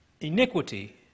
iniquity